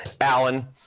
Allen